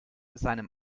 seinem